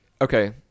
Okay